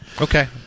Okay